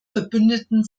verbündeten